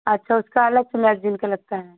अच्छा उसका अलग से मैगजीन का लगता है